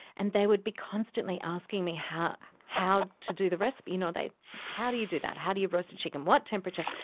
and they would be constantly asking me how how to do the recipes you know how do you do that? how do you roast a chicken? what temperature?